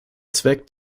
zweck